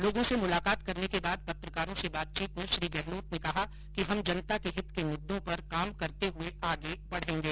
लोगों से मुलाकात करने के बाद पत्रकारों से बातचीत में कहा कि हम जनता के हित के मुददों पर काम करते हुए आगे बढेंगे